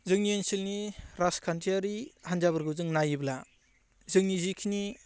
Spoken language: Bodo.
जोंनि ओनसोलनि राजखान्थियारि हान्जाफोरखौ जों नायोब्ला जोंनि जिखिनि